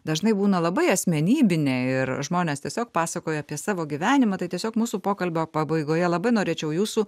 dažnai būna labai asmenybinė ir žmonės tiesiog pasakoja apie savo gyvenimą tai tiesiog mūsų pokalbio pabaigoje labai norėčiau jūsų